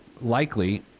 likely